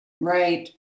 right